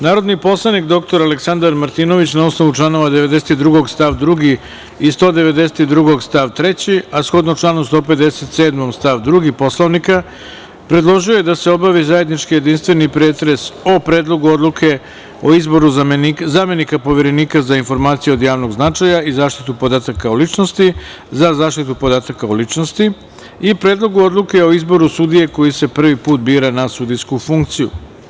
Narodni poslanik dr Aleksandar Martinović, na osnovu čl. 92. stav 2. i 192. stav 3, a shodno članu 157. stav 2. Poslovnika, predložio je da se obavi zajednički jedinstveni pretres o Predlogu odluke o izboru zamenika Poverenika za informacije od javnog značaja i zaštitu podataka o ličnosti - za zaštitu podataka o ličnosti i Predlogu odluke o izboru sudije koji se prvi put bira na sudijsku funkciju.